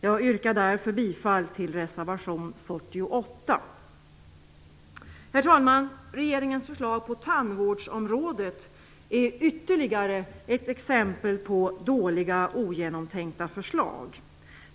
Jag yrkar därför bifall till reservation Herr talman! Regeringens förslag på tandvårdsområdet är ytterligare ett exempel på dåliga, ogenomtänkta förslag.